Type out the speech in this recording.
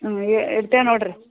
ಹ್ಞೂ ಇಡ್ತೇವೆ ನೋಡಿರಿ